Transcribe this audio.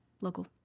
local